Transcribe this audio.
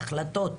החלטות,